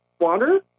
Water